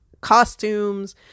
costumes